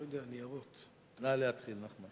נא להתחיל, נחמן.